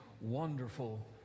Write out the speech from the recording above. wonderful